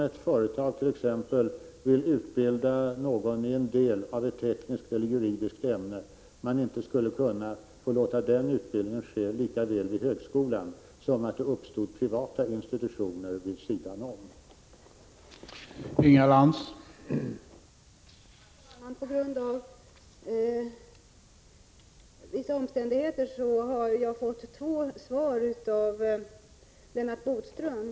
ett företag vill utbilda någon i en del av ett tekniskt eller juridiskt ämne kan jag inte se att det är självklart att man inte lika väl skulle kunna låta den utbildningen ske vid högskolan som att det uppstod privata institutioner vid sidan om för det.